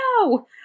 no